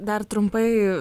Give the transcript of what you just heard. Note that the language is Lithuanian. dar trumpai